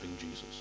Jesus